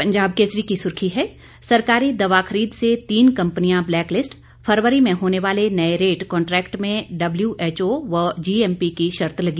पंजाब केसरी की सुर्खी है सरकारी दवा खरीद से तीन कंपनियां ब्लैकलिस्ट फरवरी में होने वाले नए रेट कांट्रैक्ट में डब्लयूएचओ व जीएमपी की शर्त लगी